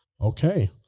Okay